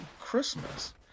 Christmas